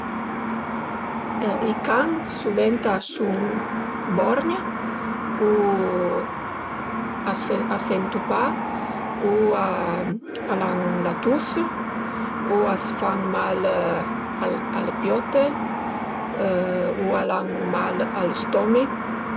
I can suvent a sun borgn, u a se a sentu pa, u al an la tus, u a s'fan mal a le piote u al an mal a lë stommi